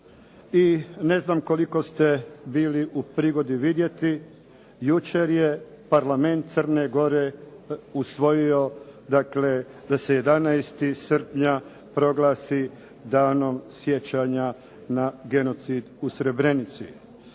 i ne znam koliko ste bili u prigodi vidjeti, jučer je Parlament Crne Gore usvojio dakle da se 11. srpnja proglasi Danom sjećanja na genocid u Srebrenici.